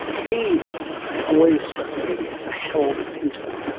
he always struck me as the harold pinter,